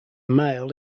male